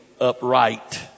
upright